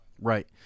right